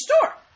store